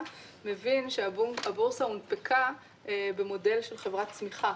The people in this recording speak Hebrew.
מבין שהבורסה הונפקה במודל של חברת צמיחה.